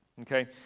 okay